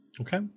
Okay